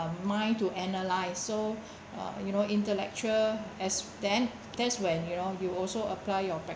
mind to analyse so uh you know intellectual as then that's when you know you also apply your